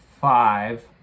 five